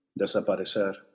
desaparecer